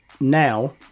now